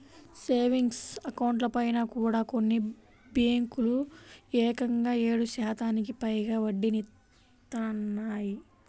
savings అకౌంట్లపైన కూడా కొన్ని బ్యేంకులు ఏకంగా ఏడు శాతానికి పైగా వడ్డీనిత్తన్నాయి